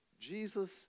Jesus